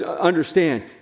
understand